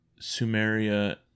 Sumeria